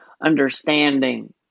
understanding